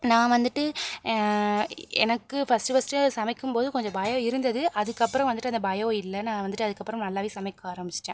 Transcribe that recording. நான் வந்துட்டு எனக்கு ஃபஸ்ட்டு ஃபஸ்ட்டு சமைக்கும்போது கொஞ்சம் பயம் இருந்தது அதுக்கப்புறம் வந்துட்டு அந்த பயம் இல்லை நான் வந்துட்டு அதுக்கப்புறம் நல்லாவே சமைக்க ஆரமிச்சுட்டேன்